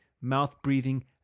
mouth-breathing